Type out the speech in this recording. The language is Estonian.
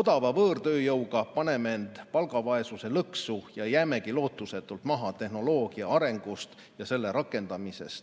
Odava võõrtööjõuga paneme end palgavaesuse lõksu ja jääme lootusetult maha tehnoloogia arendamises ja selle rakendamises.